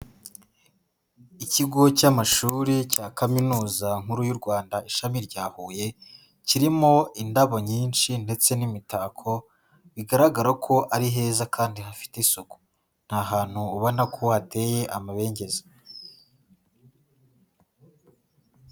Ikigo cy'amashuri cya Kaminuza nkuru y'u Rwanda ishami rya Huye, kirimo indabo nyinshi ndetse n'imitako bigaragara ko ari heza kandi hafite isuku, ni ahantu ubona ko hateye amabengeza.